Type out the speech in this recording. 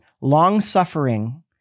long-suffering